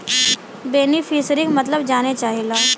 बेनिफिसरीक मतलब जाने चाहीला?